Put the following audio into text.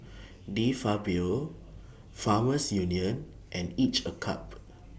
De Fabio Farmers Union and Each A Cup